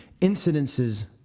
incidences